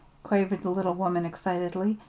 quavered the little woman excitedly.